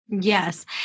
Yes